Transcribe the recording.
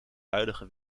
huidige